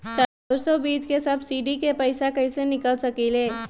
सरसों बीज के सब्सिडी के पैसा कईसे निकाल सकीले?